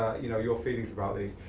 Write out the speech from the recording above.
you know your feelings about these.